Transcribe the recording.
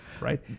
Right